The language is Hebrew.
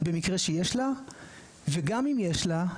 במקרה שיש לה וגם אם יש לה,